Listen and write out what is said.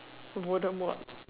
wouldn't work